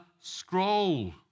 scroll